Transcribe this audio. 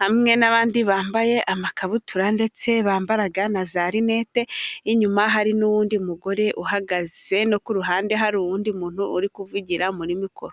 hamwe n'abandi bambaye amakabutura ndetse bambara na za rinete. Inyuma hari n'undi mugore uhagaze, no ku ruhande hari undi muntu uri kuvugira muri mikoro.